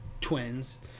twins